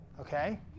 okay